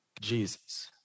Jesus